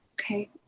Okay